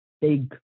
big